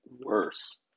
worse